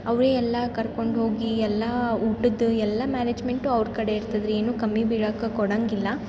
ಅವರೆ ಎಲ್ಲ ಕರ್ಕೊಂಡು ಹೋಗಿ ಎಲ್ಲ ಊಟದ ಎಲ್ಲ ಮ್ಯಾನೇಜ್ಮೆಂಟು ಅವ್ರ ಕಡೆ ಇರ್ತದೆ ರೀ ಏನು ಕಮ್ಮಿ ಬೀಳಾಕೆ ಕೊಡೊಂಗಿಲ್ಲ